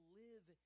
live